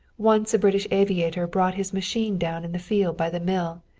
once a british aviator brought his machine down in the field by the mill,